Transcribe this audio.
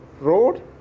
road